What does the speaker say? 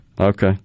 Okay